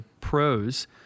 pros